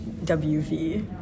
WV